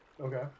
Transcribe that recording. Okay